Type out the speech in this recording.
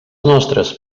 nostres